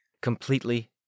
Completely